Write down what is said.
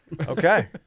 Okay